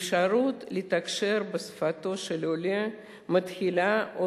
אפשרות לתקשר בשפתו של העולה מתחילה,